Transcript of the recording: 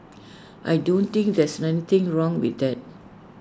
I don't think there's anything wrong with that